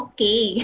Okay